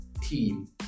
team